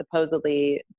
supposedly